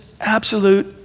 absolute